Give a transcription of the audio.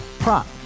Prop